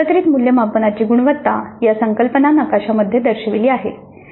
एकत्रित मूल्यमापनाची गुणवत्ता या संकल्पना नकाशामध्ये दर्शविली आहे